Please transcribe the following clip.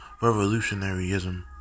revolutionaryism